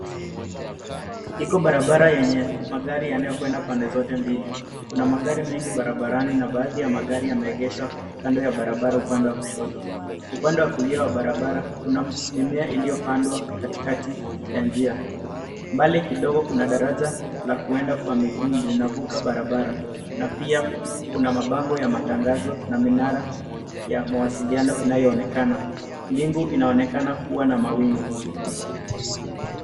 Iko barabara yenye magari yanayokwenda pande zote mbili. Kuna magari mengi barabarani na baadhi ya magari yameegeshwa kando ya barabara upande wa kushoto. Upande wa kulia wa barabara kuna mimea iliyopandwa katikati ya njia. Mbali kidogo kuna daraja la kwenda kwa miguu linavuka barabara na pia kuna mabango ya matangazo na minara ya mawasiliano yanayoonekeana. Bingu inaonekana kuwa na mawingu.